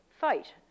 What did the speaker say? fight